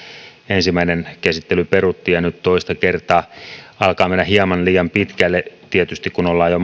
ensimmäinen käsittely peruttiin ja nyt se on toista kertaa alkaa mennä hieman liian pitkälle tietysti kun ollaan jo